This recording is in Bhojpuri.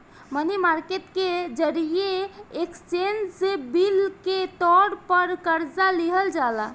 मनी मार्केट के जरिए एक्सचेंज बिल के तौर पर कर्जा लिहल जाला